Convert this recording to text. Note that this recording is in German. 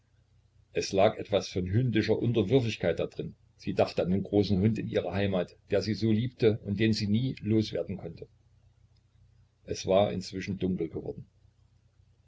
es lag etwas von hündischer unterwürfigkeit da drin sie dachte an den großen hund in ihrer heimat der sie so liebte und den sie nie los werden konnte es war inzwischen dunkel geworden